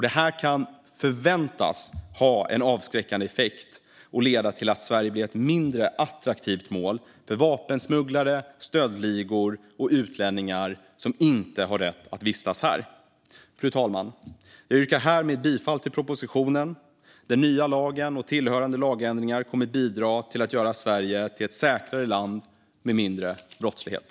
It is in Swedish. Detta kan förväntas ha en avskräckande effekt och leda till att Sverige blir ett mindre attraktivt mål för vapensmugglare, stöldligor och utlänningar som inte har rätt att vistas här. Fru talman! Jag yrkar härmed bifall till propositionen. Den nya lagen och tillhörande lagändringar kommer att bidra till att göra Sverige till ett säkrare land med mindre brottslighet.